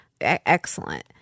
excellent